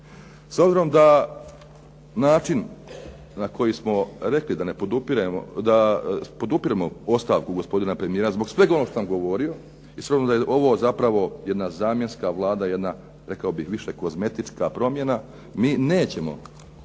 S obzirom da način na koji smo rekli da podupiremo ostavku gospodina premijera zbog svega onog što sam govorio i s obzirom da je ovo zapravo jedna zamjenska Vlada, jedna rekao bih više kozmetička promjena, mi nećemo,